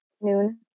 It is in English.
noon